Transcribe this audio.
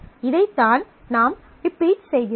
இதைத்தான் நாம் ரிப்பீட் செய்கிறோம்